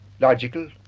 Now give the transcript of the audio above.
logical